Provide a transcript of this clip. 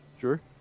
Sure